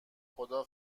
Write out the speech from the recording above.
خدا